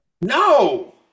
no